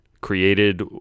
created